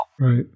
Right